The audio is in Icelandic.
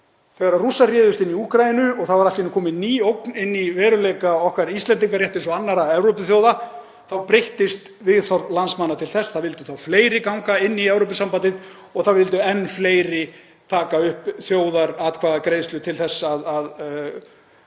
Þegar Rússar réðust inn í Úkraínu og það var allt í einu komin ný ógn inn í veruleika okkar Íslendinga, rétt eins og annarra Evrópuþjóða þá breyttist viðhorf landsmanna til þess, það vildu þá fleiri ganga í Evrópusambandið og það vildu enn fleiri taka upp þjóðaratkvæðagreiðslu til að